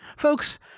Folks